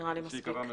שייקבע מראש.